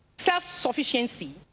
Self-sufficiency